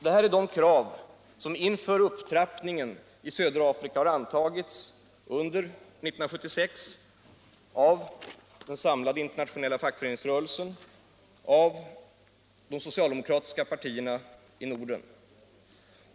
Det här är de krav som inför upptrappningen i södra Afrika har antagits under 1976 av den samlade internationella fackföreningsrörelsen och av de socialdemokratiska partierna i Norden.